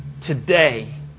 today